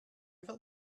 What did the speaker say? felt